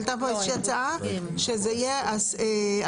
עלתה פה איזה שהיא הצעה שזה יהיה הממונה,